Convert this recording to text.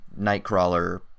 Nightcrawler